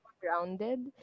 grounded